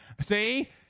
See